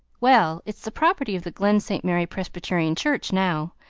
well, it's the property of the glen st. mary presbyterian church now,